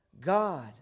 God